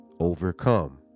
overcome